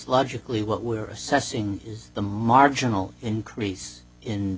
logically what we're assessing is the marginal increase in